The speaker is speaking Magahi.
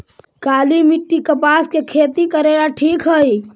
काली मिट्टी, कपास के खेती करेला ठिक हइ?